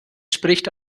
spricht